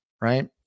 right